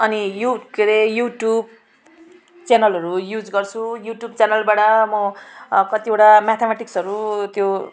अनि यु के अरे युट्युब च्यानलहरू युज गर्छु युट्युब च्यानलबाट म कतिवटा म्याथम्याटिक्सहरू त्यो